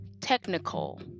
technical